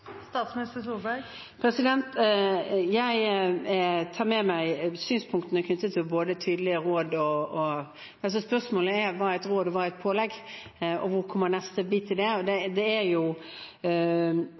Jeg tar med meg synspunktene knyttet til tydelige råd. Spørsmålet er hva som er et råd, og hva som er et pålegg, og hvor neste bit i det kommer. Rådet om ikke å håndhilse er ganske klart og